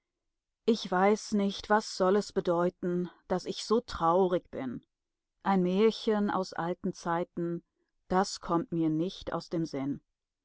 ich weiß nicht was soll es bedeuten daß ich so traurig bin ein märchen aus alten zeiten das kommt mir nicht aus dem sinn